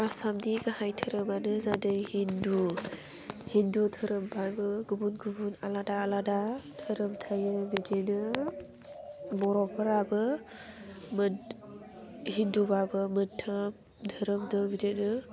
आसामनि गाहाय दोहोरोमानो जादों हिन्दु हिन्दु दोहोरोमबाबो गुबुन गुबुन आलादा आलादा दोहोरोम थायो बिदिनो बर'फोराबो मोन हिन्दुबाबो मोनथाम दोहोरोम दं बिदिनो